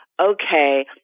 okay